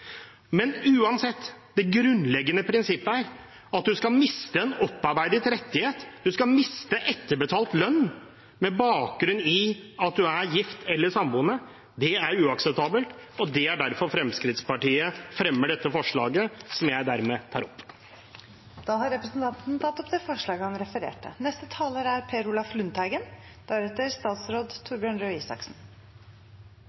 Uansett – det grunnleggende prinsippet her, at man skal miste en opparbeidet rettighet, miste etterbetalt lønn, med bakgrunn i at man er gift eller samboende, er uakseptabelt. Det er derfor Fremskrittspartiet fremmer dette forslaget, som jeg dermed tar opp. Representanten Erlend Wiborg har tatt opp Fremskrittspartiets forslag. Som flere har vært inne på, er